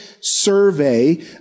survey